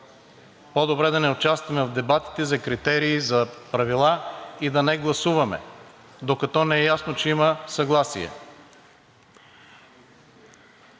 По-добре да не участваме в дебатите за критерии, за правила и да не гласуваме, докато не е ясно, че има съгласие.“